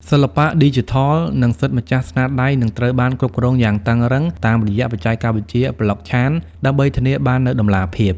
សិល្បៈឌីជីថល និងសិទ្ធិម្ចាស់ស្នាដៃនឹងត្រូវបានគ្រប់គ្រងយ៉ាងតឹងរ៉ឹងតាមរយៈបច្ចេកវិទ្យា Blockchain ដើម្បីធានាបាននូវតម្លាភាព។